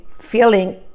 feeling